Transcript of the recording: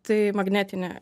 tai magnetinę